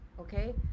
Okay